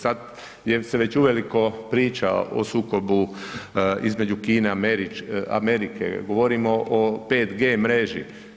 Sad je se već uveliko priča o sukobu između Kine, Amerike, govorimo o 5G mreži.